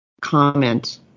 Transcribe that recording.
comment